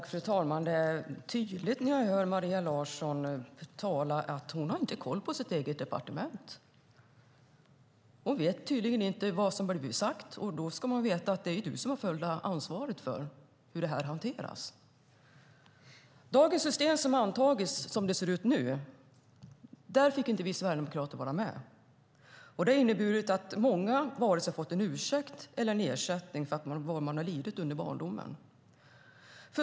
Fru talman! När jag hör Maria Larsson tala blir det tydligt att hon inte har koll på sitt eget departement. Hon vet tydligen inte vad som är sagt, och då ska man veta att det är hon som har det fulla ansvaret för hur det här hanteras. Vi sverigedemokrater fick inte vara med och diskutera det system som har antagits och som har inneburit att många varken har fått en ursäkt eller en ersättning för det de har lidit under barndomen.